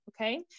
okay